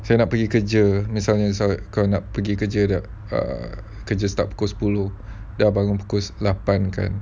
saya nak pergi kerja misalnya kalau nak pergi kerja kerja start pukul sepuluh bangun pukul lapan kan